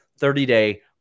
30-day